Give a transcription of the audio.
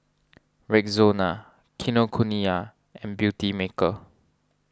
Rexona Kinokuniya and Beautymaker